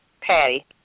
Patty